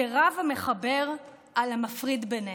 שרב המחבר על המפריד ביניהם.